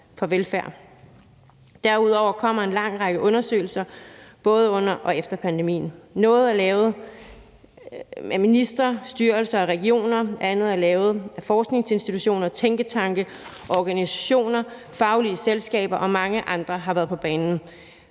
Derudover kommer en lang række undersøgelser både under og efter pandemien. Noget er lavet af ministre, styrelser og regioner, andet er lavet af forskningsinstitutioner, tænketanke, organisationer og faglige selskaber, og mange andre har været på banen